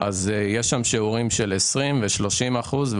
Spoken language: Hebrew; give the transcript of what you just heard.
שם יש שיעורים של 20% ו-30%.